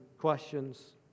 questions